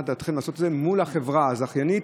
מה דעתכם לעשות את זה מול החברה הזכיינית,